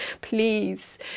please